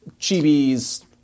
Chibis